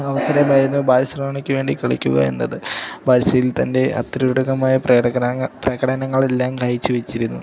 അവസരമായിരുന്നു ബാഴ്സലോണക്ക് വേണ്ടി കളിക്കുക എന്നത് ബാഴ്സയിൽ തൻ്റെ അത്ത്യൂരടകമായ പ്രകടനങ്ങളെല്ലാം കാഴ്ചവെച്ചിരുന്നു